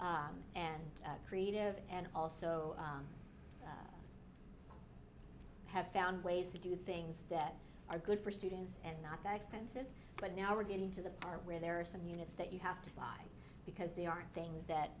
and creative and also i have found ways to do things that are good for students and not that expensive but now we're getting to the part where there are some units that you have to buy because they aren't things that